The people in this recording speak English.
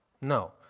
No